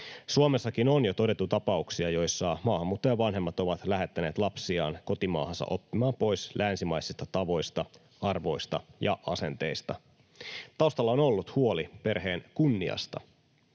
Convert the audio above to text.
Suomessakin on jo todettu tapauksia, joissa maahanmuuttajavanhemmat ovat lähettäneet lapsiaan kotimaahansa oppimaan pois länsimaisista tavoista, arvoista ja asenteista. Taustalla on ollut huoli perheen kunniasta.